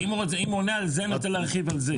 אם הוא עונה על זה, אני רוצה להרחיב על זה.